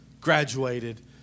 graduated